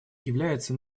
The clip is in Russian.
является